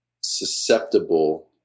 susceptible